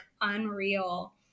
unreal